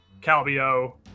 Calbio